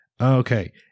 Okay